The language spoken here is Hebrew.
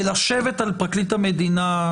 ולשבת על פרקליט המדינה,